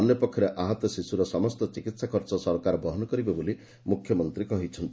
ଅନ୍ୟପକ୍ଷରେ ଆହତ ଶିଶୁର ସମସ୍ତ ଚିକିହା ଖର୍ଚ ସରକାର ବହନ କରିବେ ବୋଲି ମୁଖ୍ୟମନ୍ତୀ ଘୋଷଣା କରିଛନ୍ତି